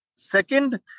Second